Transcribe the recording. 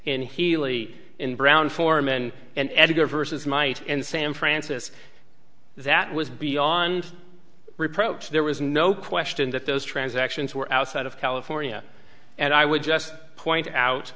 in healy in brown foreman and editor versus might in san francisco that was beyond reproach there was no question that those transactions were outside of california and i would just point out